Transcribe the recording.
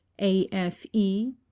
AFE